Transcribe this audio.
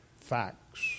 facts